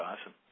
awesome